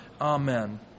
Amen